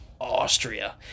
Austria